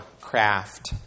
craft